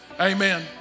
amen